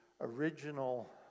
original